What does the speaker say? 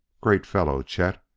great fellow, chet!